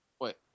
Wait